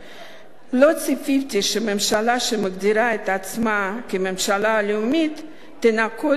לא ציפיתי שממשלה המגדירה את עצמה כממשלה לאומית תנקוט עמדה